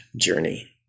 journey